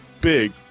big